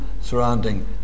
surrounding